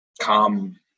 Come